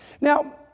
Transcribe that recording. Now